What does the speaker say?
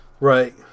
right